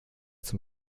zum